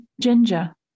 Ginger